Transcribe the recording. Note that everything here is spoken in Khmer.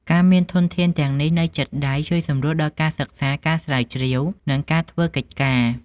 ការមានធនធានទាំងនេះនៅជិតដៃ ជួយសម្រួលដល់ការសិក្សា ការស្រាវជ្រាវ និងការធ្វើកិច្ចការ។